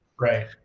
Right